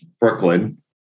Brooklyn